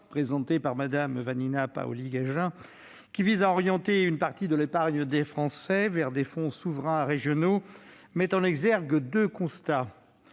présentée par Mme Vanina Paoli-Gagin visant à orienter une partie de l'épargne des Français vers des fonds souverains régionaux met en exergue deux constats.